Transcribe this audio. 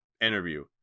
interview